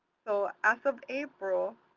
so as of april,